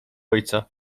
ojca